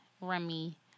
Remy